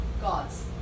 God's